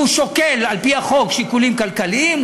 הוא שוקל על פי החוק שיקולים כלכליים,